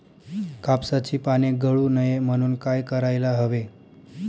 कापसाची पाने गळू नये म्हणून काय करायला हवे?